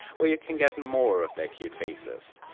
where you can get more of their cute faces!